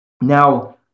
Now